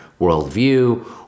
worldview